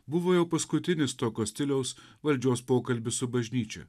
buvo jau paskutinis tokio stiliaus valdžios pokalbis su bažnyčia